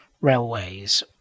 railways